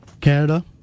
Canada